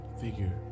figure